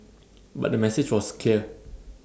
but the message was clear